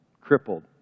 Crippled